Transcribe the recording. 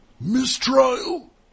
mistrial